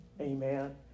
Amen